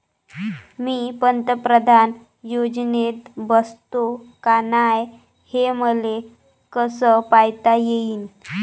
मी पंतप्रधान योजनेत बसतो का नाय, हे मले कस पायता येईन?